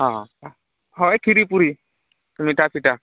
ହଁ ହଁ ଏ କ୍ଷୀରି ପୁରି ମିଠା ସିଠା